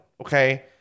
okay